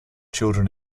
children